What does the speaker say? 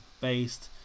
based